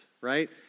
right